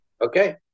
okay